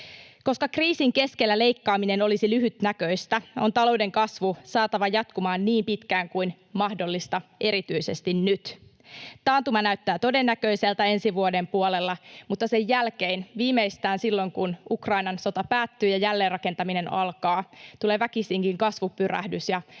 Koska kriisin keskellä leikkaaminen olisi lyhytnäköistä, on talouden kasvu saatava jatkumaan niin pitkään kuin mahdollista, erityisesti nyt. Taantuma näyttää todennäköiseltä ensi vuoden puolella, mutta sen jälkeen, viimeistään silloin, kun Ukrainan sota päättyy ja jälleenrakentaminen alkaa, tulee väkisinkin kasvupyrähdys,